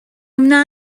wna